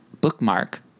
bookmark